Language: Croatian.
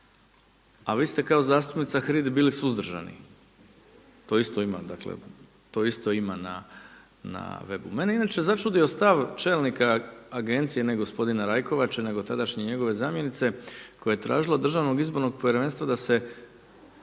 a vi ste kao zastupnica HRID-i bili suzdržani, to isto ima dakle, to isto ima na web-u. Mene je inače začudio stav čelnika agencija ne gospodina Rajkovače nego tadašnje njegove zamjenice koja je tražila od DIP-a da se